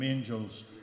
angels